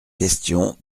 questions